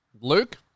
Luke